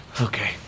Okay